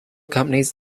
companies